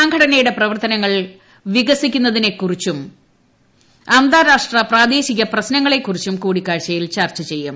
സംഘടനയുടെ പ്രവർത്തനങ്ങൾ വികസിക്കു ന്നതിനെക്കുറിച്ചു അന്താരാഷ്ട്ര പ്രാദേശിക പ്രശ്നങ്ങളെക്കുറിച്ചും കൂടിക്കാഴ്ചയിൽ ചർച്ച ചെയ്യും